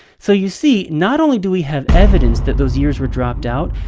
so you see, not only do we have evidence that those years were dropped out,